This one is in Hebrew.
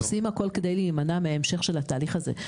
אנחנו עושים הכול כדי להימנע מהמשך של התהליך הזה.